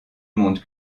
monde